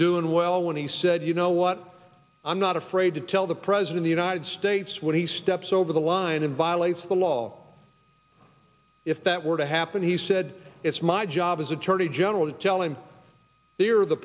doing well when he said you know what i'm not afraid to tell the president the united states when he steps over the line and violates the law if that were to happen he said it's my job as attorney general to tell him the are the